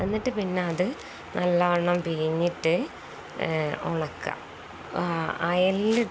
എന്നിട്ട് പിന്നെ അതു നല്ലവണ്ണം പിഴിഞ്ഞിട്ട് ഉണക്കുക അയലില്